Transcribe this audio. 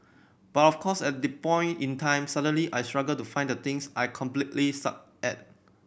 but of course at the point in time suddenly I struggle to find the things I completely suck at